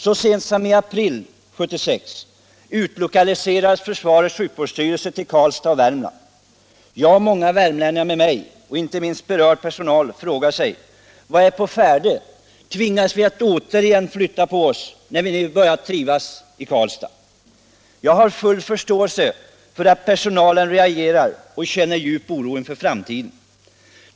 Så sent som i april 1976 utlokaliserades försvarets sjukvårdsstyrelse till Karlstad och Värmland. Jag och många andra värmlänningar, inte minst den berörda personalen, frågar sig vad som är på färde: Tvingas vi återigen att flytta på oss, när vi nu börjat trivas i Karlstad? Jag har full förståelse för att personalen reagerar och känner djup oro inför framtiden.